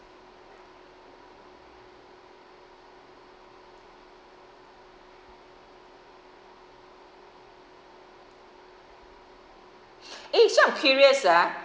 eh so I'm curious ah